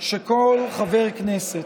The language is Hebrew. שכל חבר כנסת,